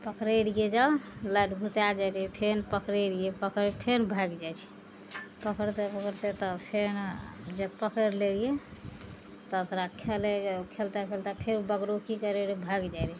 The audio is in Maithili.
पकड़ै रहियै जब लाइट बुतै जाइ रहै फेर पकड़ै रहियै पकड़ फेर भागि जाइ छै पकड़ते पकड़ते तऽ फेर जब पकैड़ लै रहियै तब तोरा खेलै खेलते खेलते फेर बगरो की करै रहै भागि जाइ रहै